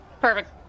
perfect